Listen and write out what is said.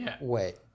wait